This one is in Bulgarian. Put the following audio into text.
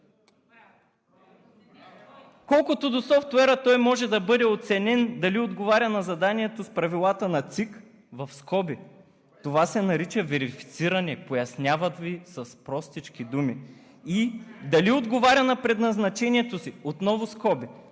Колкото до софтуера, той може да бъде оценен дали отговаря на заданието с правилата на ЦИК – в скоби, това се нарича верифициране, поясняват Ви с простички думи. И дали отговаря на предназначението си – отново скоби,